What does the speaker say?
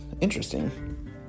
interesting